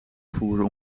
voeren